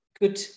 good